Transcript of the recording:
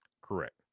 Correct